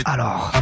Alors